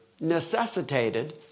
necessitated